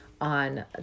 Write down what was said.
on